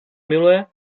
miluje